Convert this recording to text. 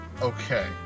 Okay